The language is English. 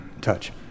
touch